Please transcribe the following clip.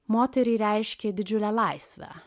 moteriai reiškė didžiulę laisvę